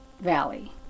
Valley